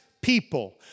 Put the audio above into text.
people